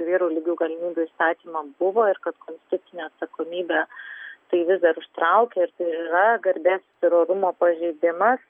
pagal moterų ir vyrų lygių galimybių įstatymą buvo ir kad konstitucinė atsakomybė tai vis dar užtraukia ir tai ir yra garbės ir orumo pažeidimas